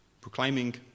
proclaiming